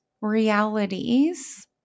realities